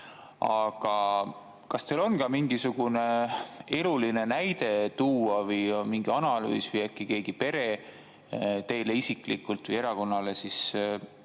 Aga kas teil on tuua mingisugune eluline näide või mõni analüüs või äkki mõni pere teile isiklikult või erakonnale on